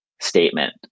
Statement